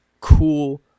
cool –